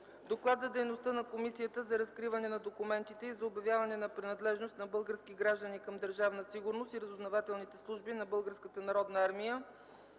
Доклад за дейността на Комисията за разкриване на документите и за обявяване на принадлежност на български граждани към Държавна сигурност и разузнавателните служби на